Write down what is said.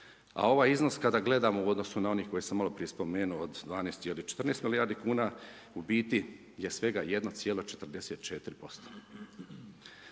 a ovaj iznos kada gledamo u odnosu na onaj, koji sam maloprije spomenuo, od 12 ili 14 milijardi kn, je u biti svega 1,44%.